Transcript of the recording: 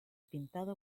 pintado